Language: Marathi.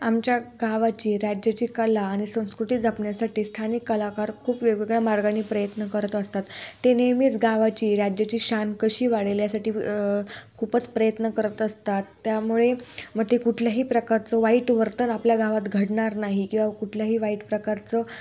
आमच्या गावाची राज्याची कला आणि संस्कृती जपण्यासाठी स्थानिक कलाकार खूप वेगवेगळ्या मार्गानी प्रयत्न करत असतात ते नेहमीच गावाची राज्याची शान कशी वाढेल यासाठी खूपच प्रयत्न करत असतात त्यामुळे मग ते कुठल्याही प्रकारचं वाईट वर्तन आपल्या गावात घडणार नाही किंवा कुठल्याही वाईट प्रकारचं